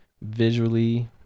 visually